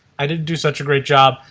i didn't do such a great job.